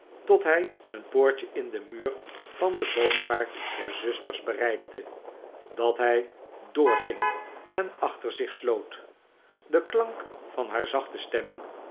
tot hij een poortje in den muur van den boomgaard der zusters bereikte dat hij doorging en achter zich sloot de klank van haar zachte stemmen